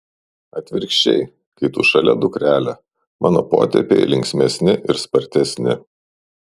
atvirkščiai kai tu šalia dukrele mano potėpiai linksmesni ir spartesni